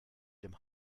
dem